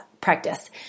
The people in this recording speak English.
practice